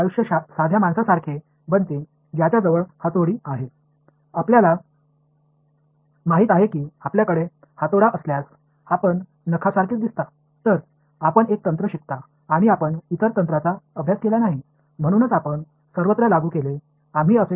அது உங்களுக்குத் தெரியாவிட்டால் சுத்தியலைக் கொண்ட நபரைப் போல வாழ்க்கை மாறுகிறது உங்களிடம் ஒரு சுத்தி இருந்தால் நீங்கள் ஒரு ஆணியைத் தேடுகிறீர்கள் எனவே நீங்கள் ஒரு நுட்பத்தை கற்றுக்கொள்கிறீர்கள் மற்ற நுட்பங்களைப் படிக்கவில்லை எனவே நாங்கள் அதைச் செய்ய விரும்பாத எல்லா இடங்களிலும் செய்தீர்கள்